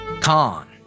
Con